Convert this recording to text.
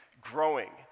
growing